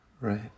Right